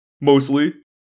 mostly